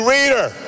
Reader